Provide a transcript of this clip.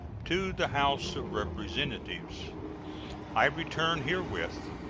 to the house of representatives i return herewith,